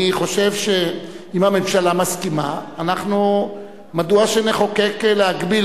אני חושב שאם הממשלה מסכימה, מדוע שנחוקק להגביל?